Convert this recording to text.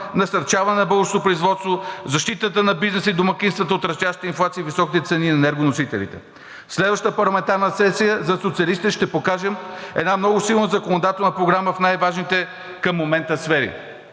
насърчаването на българското производство, защитата на бизнеса и домакинствата от растящата инфлация и високи цени на енергоносителите. В следващата парламентарна сесия социалистите ще покажем една много силна законодателна програма в най-важните към момента сфери.